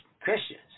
Christians